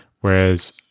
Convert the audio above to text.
whereas